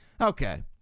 Okay